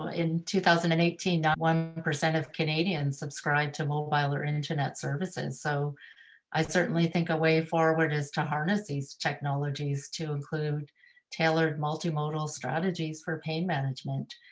in two thousand and eighteen ninety one percent of canadians subscribed to mobile or internet services. so i certainly think a way forward is to harness these technologies to include tailored multimodal strategies for pain management.